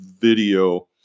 video